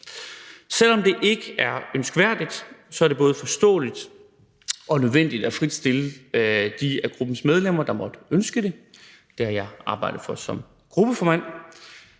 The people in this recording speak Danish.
Selv om det ikke er ønskværdigt, er det både forståeligt og nødvendigt at fritstille de af gruppens medlemmer, der måtte ønske det. Det har jeg arbejdet for som gruppeformand.